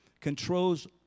controls